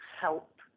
help